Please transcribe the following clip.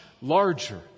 larger